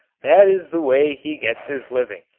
that is the way he gets his living.